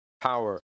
power